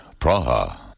Praha